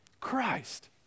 Christ